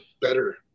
better